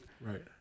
Right